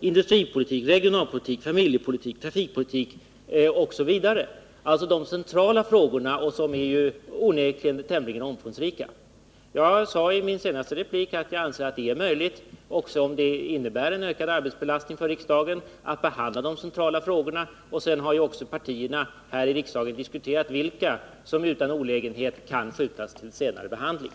industripolitik, regionalpolitik, familjepolitik, trafikpolitik eller några av de andra centrala frågorna, som onekligen är tämligen omfångsrika? Jag sade i min senaste replik att jag anser det möjligt, även om det innebär en ökad arbetsbelastning för riksdagen, att behandla de centrala frågorna. Partierna här i riksdagen har ju också diskuterat vilka ärenden som kan skjutas till senare behandling.